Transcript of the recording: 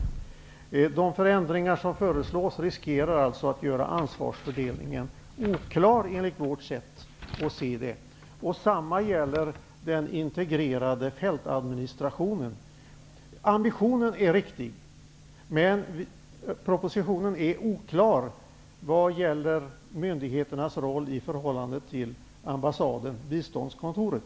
När det gäller de förändringar som föreslås finns risken att ansvarsfördelningen blir oklar enligt vårt sätt att se saken. Samma sak gäller den integrerade fältadministrationen. Ambitionen är riktig. Men propositionen är oklar vad gäller myndigheternas roll i förhållande till ambassaden eller biståndskontoret.